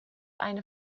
eine